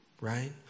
Right